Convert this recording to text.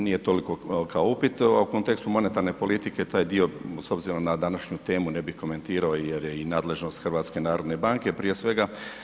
Nije toliko kao upit, a u kontekstu monetarne politike taj dio s obzirom na današnju temu ne bih komentirao jer i nadležnost HNB-a prije svega.